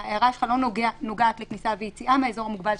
ההערה שלך לא נוגעת לכניסה ויציאה מהאזור המוגבל,